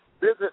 visit